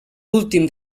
últim